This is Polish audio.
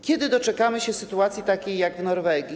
Kiedy doczekamy się sytuacji takiej jak w Norwegii?